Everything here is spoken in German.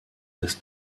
des